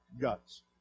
guts